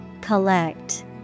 Collect